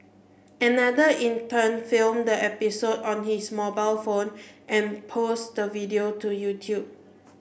another intern filmed the episode on his mobile phone and posted the video to YouTube